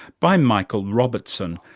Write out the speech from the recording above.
by michael robertson,